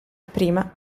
prima